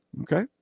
Okay